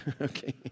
Okay